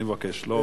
אני מבקש שלא.